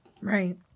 Right